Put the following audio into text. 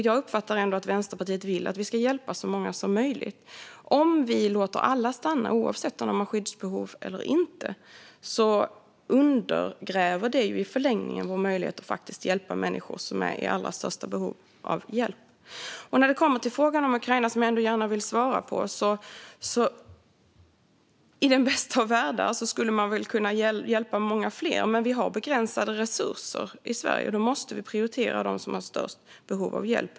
Jag uppfattar ändå att Vänsterpartiet vill att vi ska hjälpa så många som möjligt. Om vi låter alla stanna oavsett om de har skyddsbehov eller inte undergräver det i förlängningen vår möjlighet att hjälpa människor som är i allra största behov av hjälp. När det kommer till frågan om Ukraina, som jag ändå gärna vill svara på, skulle man i den bästa av världar kunna hjälpa många fler. Men vi har begränsade resurser i Sverige. Då måste vi prioritera dem som har störst behov av hjälp.